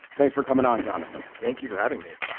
thanks for coming on. jonathan, thank you for having me.